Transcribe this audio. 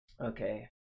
Okay